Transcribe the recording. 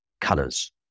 colors